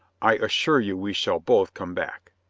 i assure you we shall both come back.